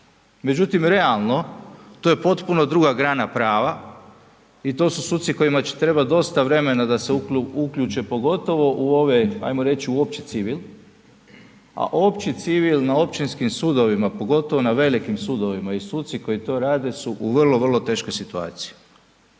međutim realno, to je potpuno druga grana prava i to su suci kojima će trebat dosta vremena da se uključe pogotovo u ove ajmo reći, u opći civil a opći civil na općinskim sudovima, pogotovo na velikim sudovima i suci koji to rade su vrlo, vrlo teškoj situaciji.